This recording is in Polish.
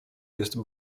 jest